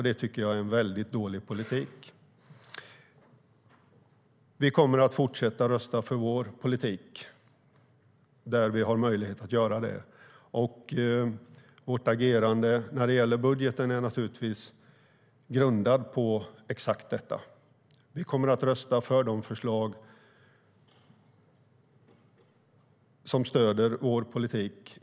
Det tycker jag är en väldigt dålig politik. Vi kommer att fortsätta rösta för vår politik där vi har möjlighet att göra det. Vårt agerande när det gäller budgeten är naturligtvis grundat på exakt detta. Vi kommer att i första hand rösta på de förslag som stöder vår politik.